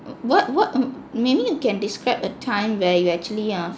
what what maybe you can describe a time where you actually err